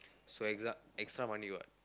so ex~ extra money what